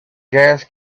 gas